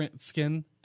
skin